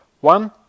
One